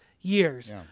years